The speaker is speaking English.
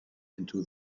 into